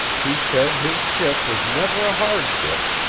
he said his ship was never a hard ship,